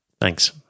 Thanks